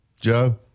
Joe